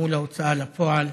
מול ההוצאה לפועל.